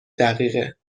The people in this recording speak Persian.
دقیقه